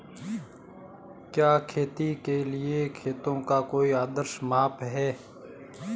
क्या खेती के लिए खेतों का कोई आदर्श माप है?